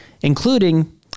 including